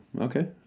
Okay